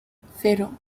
cero